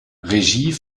regie